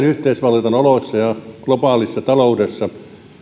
yhteisvaluutan oloissa ja globaalissa taloudessa